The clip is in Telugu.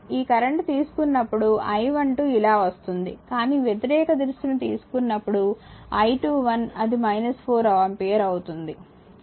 ఈ కరెంట్ తీసుకున్నప్పుడు I12 ఇలా వస్తుంది కానీ వ్యతిరేక దిశను తీసుకున్నప్పుడు I21 అది 4 ఆంపియర్ అవుతుంది